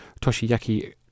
Toshiyaki